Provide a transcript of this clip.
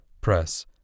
press